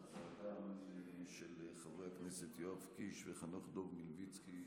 הצעתם של חברי הכנסת יואב קיש וחנוך דב מלביצקי,